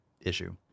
issue